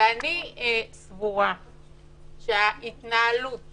אני סבורה שההתנהלות